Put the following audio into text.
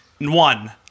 one